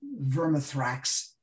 Vermithrax